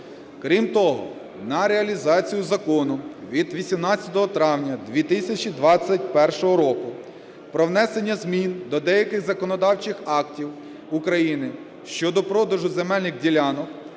Крім того, на реалізацію Закону від 18 травня 2021 року "Про внесення змін до деяких законодавчих актів України щодо продажу земельних ділянок